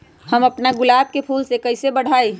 हम अपना गुलाब के फूल के कईसे बढ़ाई?